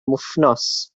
wythnos